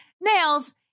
nails